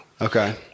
Okay